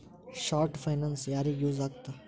short finance ಯಾರಿಗ use ಆಗತ್ತಾ